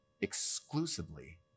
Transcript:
exclusively